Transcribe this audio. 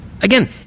Again